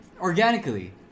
organically